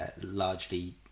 largely